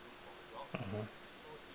mmhmm